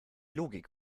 logik